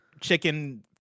chicken